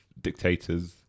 dictators